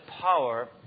power